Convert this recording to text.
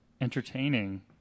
entertaining